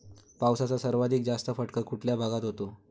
पावसाचा सर्वाधिक जास्त फटका कुठल्या भागात होतो?